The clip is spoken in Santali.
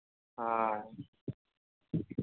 ᱦᱮᱸ